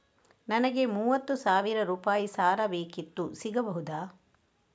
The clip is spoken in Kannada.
ನನಗೆ ಮೂವತ್ತು ಸಾವಿರ ರೂಪಾಯಿ ಸಾಲ ಬೇಕಿತ್ತು ಸಿಗಬಹುದಾ?